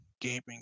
gaming